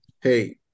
hey